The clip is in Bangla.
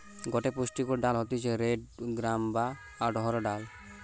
গটে পুষ্টিকর ডাল হতিছে রেড গ্রাম বা অড়হর ডাল